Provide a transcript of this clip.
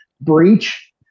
breach